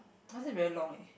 is it very long eh